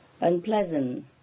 unpleasant